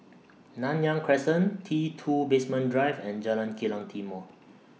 Nanyang Crescent T two Basement Drive and Jalan Kilang Timor